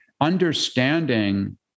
understanding